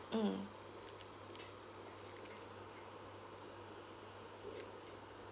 mm